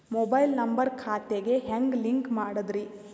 Mobile number ಖಾತೆ ಗೆ ಹೆಂಗ್ ಲಿಂಕ್ ಮಾಡದ್ರಿ?